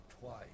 twice